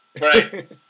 Right